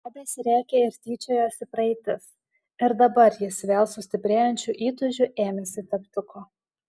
iš drobės rėkė ir tyčiojosi praeitis ir dabar jis vėl su stiprėjančiu įtūžiu ėmėsi teptuko